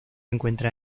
encuentra